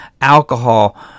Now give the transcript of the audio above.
alcohol